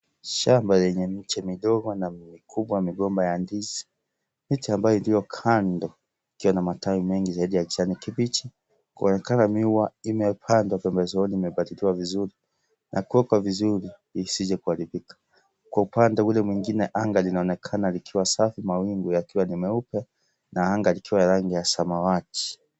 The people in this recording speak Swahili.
Shamba yenye miche midogo na mikubwa ya mgomba ya ndizi . Miche ambayo iliyokandwa ikiwa na matawi mengi zaidi ya kijani kibichi kuonekana miwa imepandwa pembezoni , imepaliliwa vizuri na kuwekwa vizuri isije kuharibika. Kwa upande Ile mwingine, anga linaonekana likiwa safi, mawingu yakiwa ni meupe na anga likiwa rangi ya samawati.